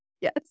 Yes